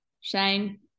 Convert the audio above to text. Shane